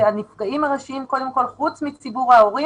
הנפגעים הראשיים קודם כל, חוץ מציבור ההורים,